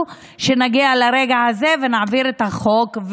כדי שנגיע לרגע הזה ונעביר את החוק.